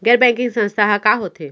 गैर बैंकिंग संस्था ह का होथे?